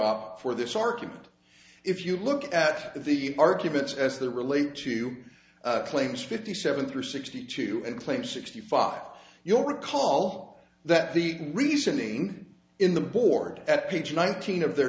backdrop for this argument if you look at the arguments as they relate to claims fifty seven through sixty two and claim sixty five you'll recall that the reasoning in the board at page nineteen of their